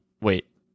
Wait